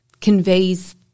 conveys